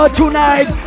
tonight